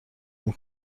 این